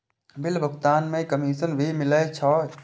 Bill भुगतान में commission भी मिले छै?